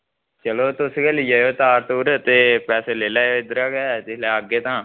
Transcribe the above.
चलो तुस गै ली आयो तार तूर ते पैसे ले लैयो इद्धरा गै जिसलै आग्गे तां